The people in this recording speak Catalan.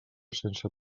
sense